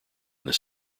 this